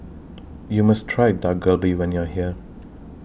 YOU must Try Dak Galbi when YOU Are here